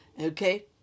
Okay